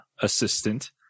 assistant